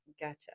Gotcha